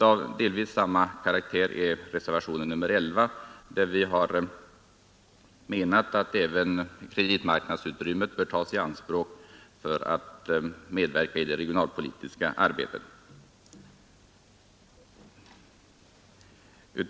Av delvis samma karaktär är reservationen 11, där vi har menat att även speciellt kreditmarknadsutrymme bör tas i anspråk för att medverka i det regionalpolitiska arbetet.